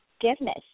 Forgiveness